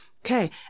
Okay